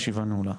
הישיבה נעולה.